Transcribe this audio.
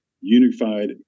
unified